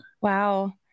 Wow